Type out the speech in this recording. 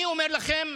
אני אומר לכם,